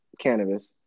Cannabis